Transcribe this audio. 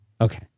Okay